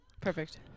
Perfect